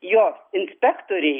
jos inspektoriai